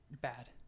bad